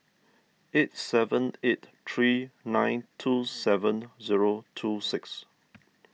eight seven eight three nine two seven zero two six